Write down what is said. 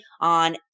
on